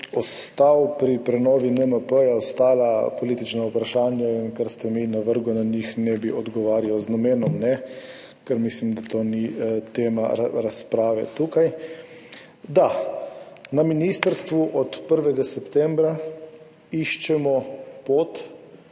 ostal pri prenovi NMP. Na ostala politična vprašanja in na to, kar ste mi navrgli, z namenom ne bi odgovarjal, ker mislim, da to ni tema razprave tukaj. Da, na ministrstvu od 1. septembra iščemo pot,